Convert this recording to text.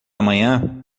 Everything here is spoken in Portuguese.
amanhã